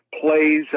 plays